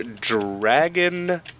Dragon